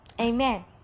Amen